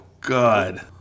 god